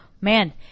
Man